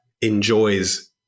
enjoys